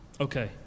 Okay